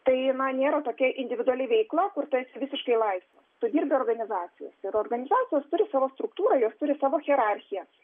tai na nėra tokia individuali veikla kur tu esi visiškai laisvas tu dirbi organizacijos ir organizacijos turi savo struktūrą jos turi savo hierarchijas